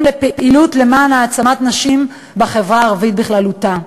לפעילות למען העצמת נשים בחברה הערבית בכללותה.